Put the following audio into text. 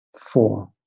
four